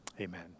amen